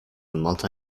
multi